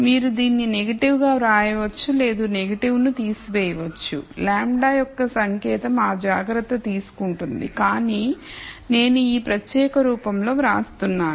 మీరు దీన్ని నెగటివ్గా వ్రాయవచ్చు లేదా నెగిటివ్ను తీసేయవచ్చు λ యొక్క సంకేతం ఆ జాగ్రత్త తీసుకుంటుంది కాని నేను ఈ ప్రత్యేక రూపంలో వ్రాస్తున్నాను